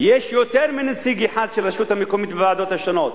יש יותר מנציג אחד של הרשות המקומית בוועדות השונות.